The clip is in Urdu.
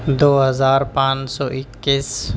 دو ہزار پانچ سو اکیس